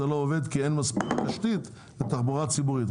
זה לא עובד כי אין מספיק תשתית לתחבורה ציבורית,